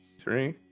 Three